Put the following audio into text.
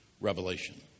revelation